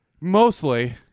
mostly